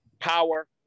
power